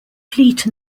fleet